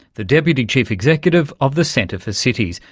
the deputy chief executive of the centre for cities,